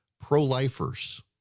pro-lifers